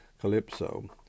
Calypso